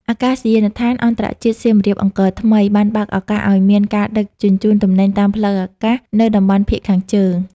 អាកាសយានដ្ឋានអន្តរជាតិសៀមរាបអង្គរថ្មី បានបើកឱកាសឱ្យមានការដឹកជញ្ជូនទំនិញតាមផ្លូវអាកាសនៅតំបន់ភាគខាងជើង។